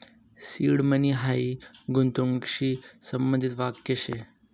seed money हायी गूंतवणूकशी संबंधित वाक्य शे